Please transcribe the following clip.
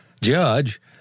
judge